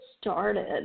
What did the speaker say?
started